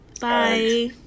bye